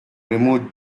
remove